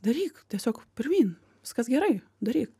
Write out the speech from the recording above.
daryk tiesiog pirmyn viskas gerai daryk